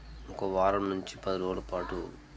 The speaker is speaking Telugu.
ఒక వారం నుంచి పదిరోజుల పాటు